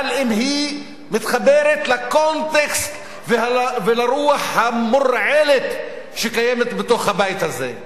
אבל אם היא מתחברת לקונטקסט ולרוח המורעלת שקיימת בתוך הבית הזה,